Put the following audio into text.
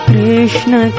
Krishna